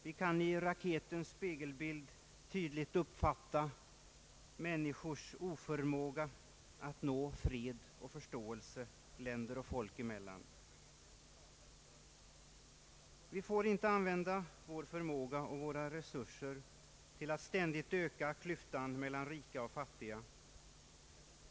Vi kan i raketens spegelbild tydligt uppfatta människors oförmåga att nå fred och förståelse länder och folk emellan. Vi får inte använda vår förmåga och våra resurser till att ständigt öka klyftan mellan rika och fattiga.